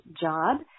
job